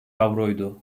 avroydu